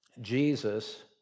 Jesus